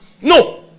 No